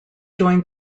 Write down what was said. joined